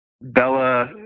Bella